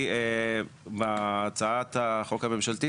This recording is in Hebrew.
היא בהצעת החוק הממשלתית,